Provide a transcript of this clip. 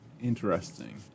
Interesting